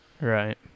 Right